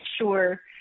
sure